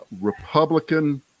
Republican